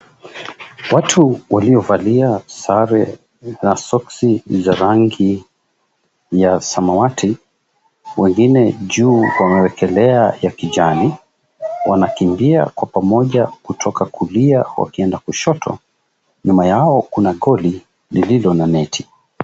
Watu waliovalia sare na soksi za rangi ya samawati, wengine juu wamewekelea ya kijani, wanakimbia kwa pamoja kutoka kulia wakienda kushoto. Nyuma yao kuna goli lililo na neti.